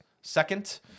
second